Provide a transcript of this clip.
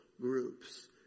groups